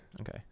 Okay